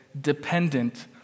dependent